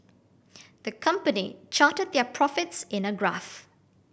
the company charted their profits in a graph